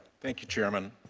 thank you, chairman.